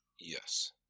Yes